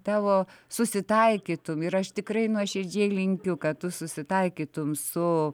tavo susitaikytum ir aš tikrai nuoširdžiai linkiu kad tu susitaikytum su